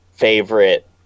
favorite